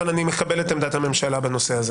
אבל אני מקבל את עמדת הממשלה בנושא הזה.